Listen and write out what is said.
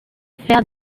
faire